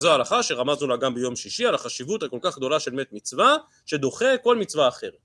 זה ההלכה שרמזנו לה גם ביום שישי על החשיבות הכל כך גדולה של מת מצווה שדוחה כל מצווה אחר